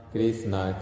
Krishna